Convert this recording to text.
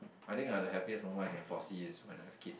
I think uh the happiest moment I can foresee is when I have kids